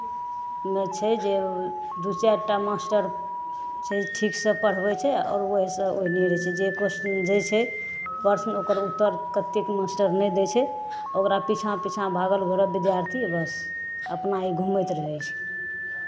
छै जे दू चारि टा मास्टर छै ठीकसँ पढ़बै छै आओर ओहिसँ ओनहिए रहै छै जे क्वेश्चन दै छै प्रश्न ओकर उत्तर कतेक मास्टर नहि दै छै ओकरा पीछाँ पीछाँ भागल घुरय विद्यार्थी बस अपना ई घूमैत रहै छै